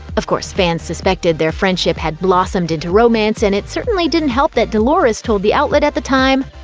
of course, fans suspected their friendship had blossomed into romance, and it certainly didn't help that dolores told the outlet at the time,